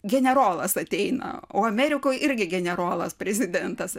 generolas ateina o amerikoj irgi generolas prezidentas